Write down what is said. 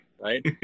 right